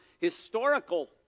historical